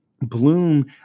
Bloom